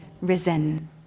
risen